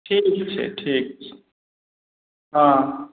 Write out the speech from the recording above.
ठीक छै ठीक छै हँ